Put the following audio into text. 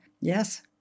Yes